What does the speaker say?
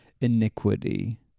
iniquity